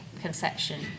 conception